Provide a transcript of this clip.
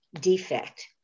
defect